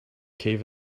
cave